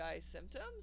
symptoms